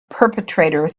perpetrator